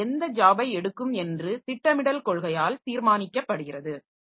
இப்போது எந்த ஜாபை எடுக்கும் என்று திட்டமிடல் கொள்கையால் தீர்மானிக்கப்படுகிறது